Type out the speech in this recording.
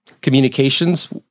communications